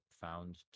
found